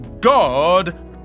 God